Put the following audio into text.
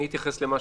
אני אתייחס למה